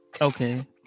Okay